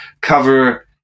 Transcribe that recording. cover